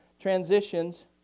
Transitions